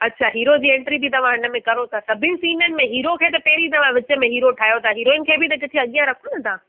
अच्छा हीरो जी एंट्री बि तव्हां हिन में करो ता सभिनि सिन में हीरो खे त पहिरियां दवा विच में हीरो ठाहियो था हीरोइन की बि त किथे अॻियां रखो न था